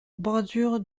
bordure